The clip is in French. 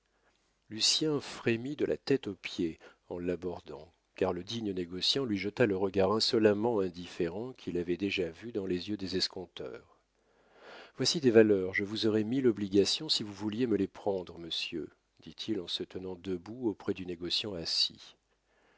lucien frémit de la tête aux pieds en l'abordant car le digne négociant lui jeta le regard insolemment indifférent qu'il avait déjà vu dans les yeux des escompteurs voici des valeurs je vous aurais mille obligations si vous vouliez me les prendre monsieur dit-il en se tenant debout auprès du négociant